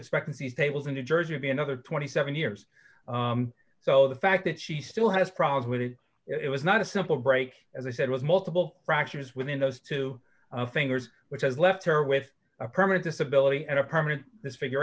expectancy tables in new jersey would be another twenty seven years so the fact that she still has problems with it it was not a simple break as i said with multiple fractures within those two fingers which has left her with a permanent disability and a permanent this figur